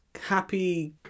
happy